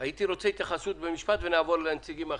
רואים את זה גם בנושאים אחרים.